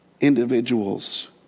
individuals